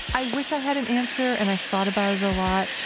i wish i had an answer, and i've thought about it a lot.